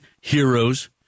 heroes